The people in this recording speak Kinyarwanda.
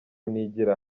nigira